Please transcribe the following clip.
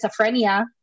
schizophrenia